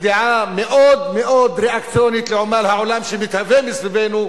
ודעה מאוד מאוד ריאקציונית לעומת העולם שמתהווה מסביבנו,